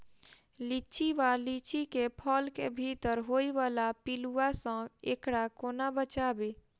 लिच्ची वा लीची केँ फल केँ भीतर होइ वला पिलुआ सऽ एकरा कोना बचाबी?